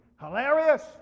hilarious